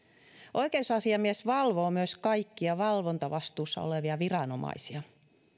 oikeusasiamies valvoo myös kaikkia valvontavastuussa olevia viranomaisia